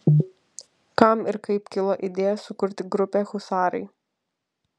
kam ir kaip kilo idėja sukurti grupę husarai